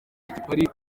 ikipari